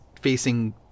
facing